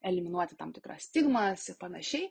eliminuoti tam tikra stigma panašiai